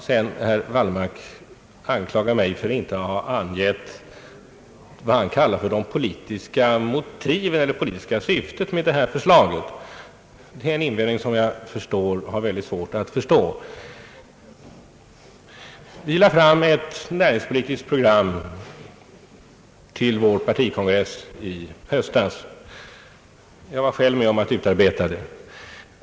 Herr Wallmark anklagade mig för att inte ha angivit vad han kallar för det politiska syftet med detta förslag, en invändning som jag har mycket svårt att förstå. Vi lade fram ett näringspolitiskt program på vår partikongress i höstas. Jag var själv med om att utarbeta det.